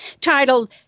titled